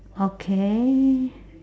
okay